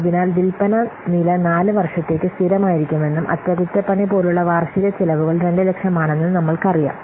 അതിനാൽ വിൽപ്പന നില 4 വർഷത്തേക്ക് സ്ഥിരമായിരിക്കുമെന്നും അറ്റകുറ്റപ്പണി പോലുള്ള വാർഷിക ചെലവുകൾ 200000 ആണെന്നും നമ്മൾക്കറിയാം